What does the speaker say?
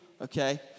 okay